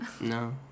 No